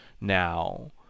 now